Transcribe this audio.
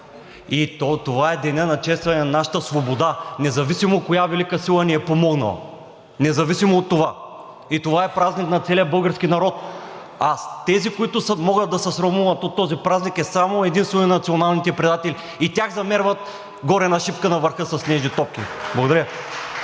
И това е денят на честване на нашата свобода, независимо коя велика сила ни е помогнала. Независимо от това, това е празник на целия български народ. А тези, които могат да се срамуват от този празник, са само и единствено националните предатели и тях замерят горе на Шипка, на върха, със снежни топки. Благодаря.